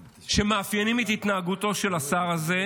שמאפיינים את התנהגותו של השר הזה,